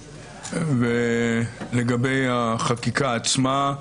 לגבי החקיקה עצמה,